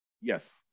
Yes